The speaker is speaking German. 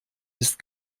ist